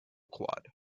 quad